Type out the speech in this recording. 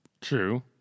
True